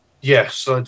Yes